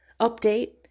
Update